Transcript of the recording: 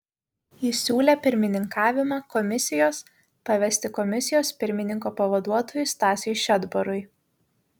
jis siūlė pirmininkavimą komisijos pavesti komisijos pirmininko pavaduotojui stasiui šedbarui